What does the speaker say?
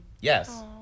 Yes